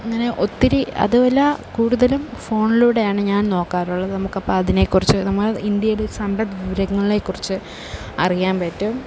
അങ്ങനെ ഒത്തിരി അതുമല്ല കൂടുതലും ഫോണിലൂടെയാണ് ഞാൻ നോക്കാറുള്ളത് നമുക്കപ്പം അതിനെ കുറിച്ച് നമ്മൾ ഇന്ത്യയിലെ സമ്പദ് വിവരങ്ങളെ കുറിച്ച് അറിയാൻ പറ്റും